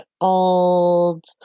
old